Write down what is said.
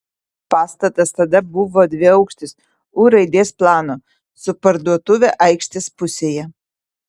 pastatas tada buvo dviaukštis u raidės plano su parduotuve aikštės pusėje